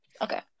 Okay